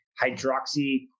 hydroxy